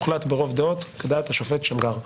הוחלט ברוב דעות כדעת השופט שמגר.